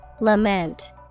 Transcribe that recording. Lament